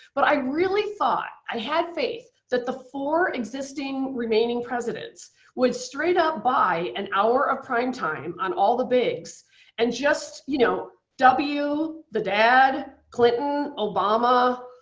but i really thought, i had faith that the existing remaining presidents would straight up buy an hour of prime time on all the bigs and just, you know w, the dad, clinton, obama,